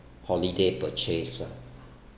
holiday purchase ah